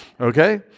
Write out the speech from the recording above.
Okay